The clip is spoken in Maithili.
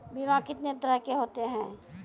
बीमा कितने तरह के होते हैं?